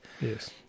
yes